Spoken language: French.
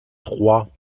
trois